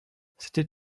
c’était